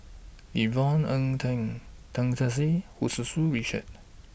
Yvonne Ng Tan Tan Keong Saik Hu Tsu Tau Richard